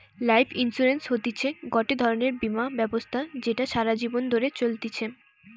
life insurance হতিছে গটে ধরণের বীমা ব্যবস্থা যেটা সারা জীবন ধরে চলতিছে